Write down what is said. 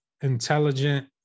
intelligent